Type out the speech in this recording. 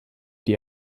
die